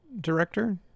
director